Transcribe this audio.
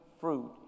fruit